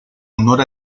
honor